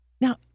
Now